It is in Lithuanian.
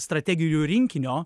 strategijų rinkinio